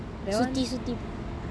சுத்தி சுத்தி:suthi suthi